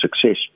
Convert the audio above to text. success